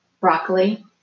broccoli